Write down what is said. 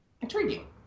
Intriguing